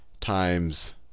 times